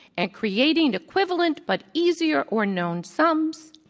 and creating equivalent but easier or known sums.